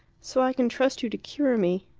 so i can trust you to cure me.